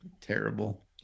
Terrible